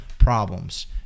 Problems